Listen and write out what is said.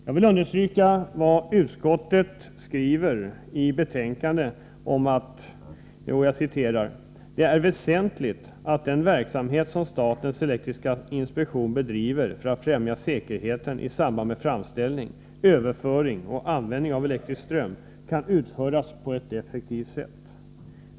Jag vill understryka vad utskottet skriver i betänkandet om att ”det är väsentligt att den verksamhet som statens elektriska inspektion bedriver för att främja säkerheten i samband med framställning, överföring och användning av elektrisk ström kan utföras på ett effektivt sätt.